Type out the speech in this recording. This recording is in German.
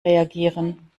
reagieren